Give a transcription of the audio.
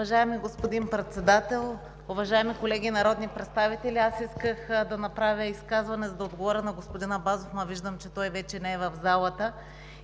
Уважаеми господин Председател, уважаеми колеги народни представители! Исках да направя изказване, за да отговоря на господин Абазов, но виждам, че той вече не е в залата.